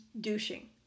douching